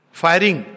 firing